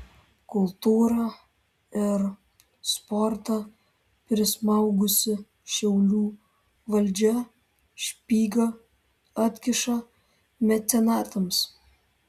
kultūrą ir sportą prismaugusi šiaulių valdžia špygą atkiša mecenatams